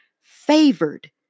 favored